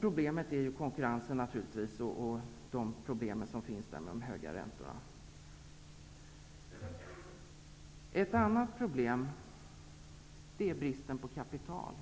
Problemet är naturligtvis konkurrensen och problemen med de höga räntorna. Ett annat problem är bristen på kapital.